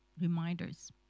reminders